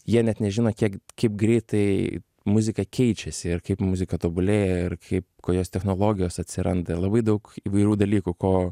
jie net nežino kiek kaip greitai muzika keičiasi ir kaip muzika tobulėja ir kaip kokios technologijos atsiranda ir labai daug įvairių dalykų ko